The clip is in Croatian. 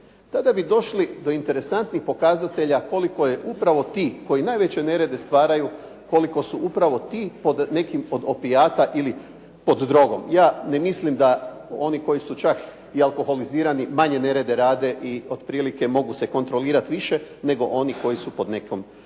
tada bi došli do interesantnih pokazatelja koliko je upravo tih koji najveće nerede stvaraju, koliko su upravo ti pod nekim od opijata ili pod drogom. Ja ne mislim da oni koji su čak alkoholizirani manje rade nerede i otprilike mogu se kontrolirati više od onih koji su pod nekim opijatom.